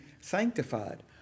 sanctified